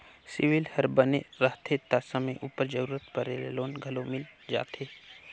CIBIL हर बने रहथे ता समे उपर जरूरत परे में लोन घलो मिल जाथे